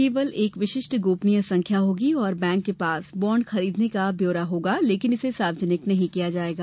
केवल एक विशिष्ट गोपनीय संख्या होगी और बैंक के पास बॉण्ड खरीदने का ब्यौरा होगा लेकिन इसे सार्वजनिक नहीं किया जायेगा